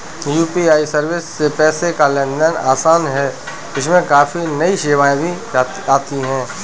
UPI service से पैसे का लेन देन आसान है इसमें काफी नई सेवाएं भी आती रहती हैं